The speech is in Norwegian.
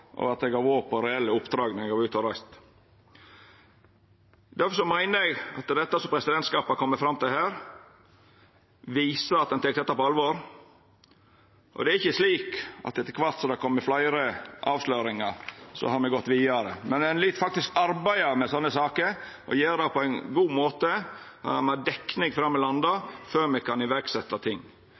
at eg har vore på reelle oppdrag når eg har vore ute og reist. Difor meiner eg at det som presidentskapet her har kome fram til, viser at ein tek det på alvor. Det er ikkje slik at me etter kvart som det har kome fleire avsløringar, har gått vidare, ein lyt faktisk arbeida med sånne saker og gjera det på ein god måte. Me må ha dekning for det me landar på, før me kan setja i verk ting.